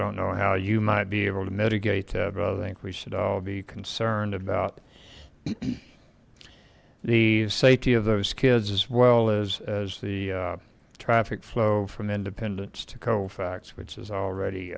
don't know how you might be able to mitigate to think we should all be concerned about the safety of those kids as well as as the traffic flow from independence to colfax which is already